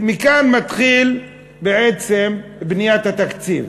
מכאן מתחילה בעצם בניית התקציב.